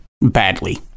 badly